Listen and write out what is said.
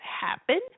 happen